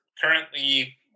currently